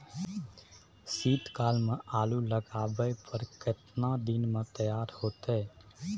शीत काल में आलू लगाबय पर केतना दीन में तैयार होतै?